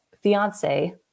fiance